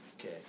Okay